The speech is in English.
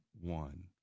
one